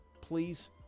please